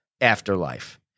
afterlife